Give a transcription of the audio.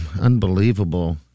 unbelievable